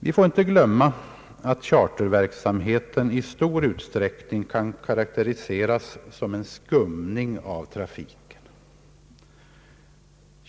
Vi får inte glömma att charterverksamheten i stor utsträckning kan karakteriseras som en skumning av trafiken.